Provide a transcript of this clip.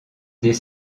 des